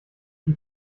die